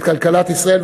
את כלכלת ישראל.